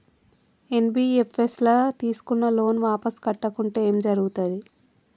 NBFS ల తీస్కున్న loan వాపస్ కట్టకుంటే ఏం జర్గుతది?